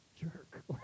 jerk